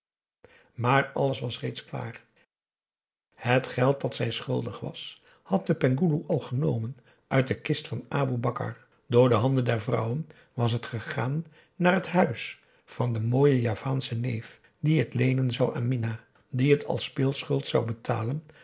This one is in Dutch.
maar alles was reeds klaar het geld dat zij schuldig was had de penghoeloe al genomen uit de kist van aboe bakar door de handen der vrouwen was het gegaan naar het huis van den mooien javaanschen neef die het leenen zou aan minah die het als speelschuld zou betalen